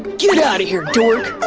get outta here, dork.